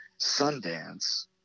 Sundance